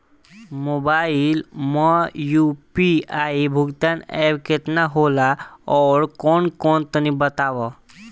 Mobile म UPI भुगतान app केतना होला आउरकौन कौन तनि बतावा?